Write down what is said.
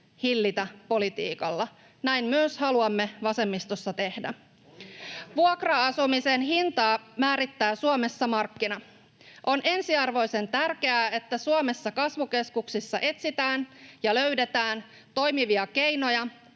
hillitä politiikalla. Näin myös haluamme vasemmistossa tehdä. [Timo Heinosen välihuuto] Vuokra-asumisen hintaa määrittää Suomessa markkina. On ensiarvoisen tärkeää, että Suomessa kasvukeskuksissa etsitään ja löydetään toimivia keinoja